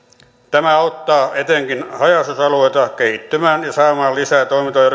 tämä auttaa etenkin haja asutusalueita kehittymään ja saamaan lisää toimeliaisuutta